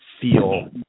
feel